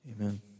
Amen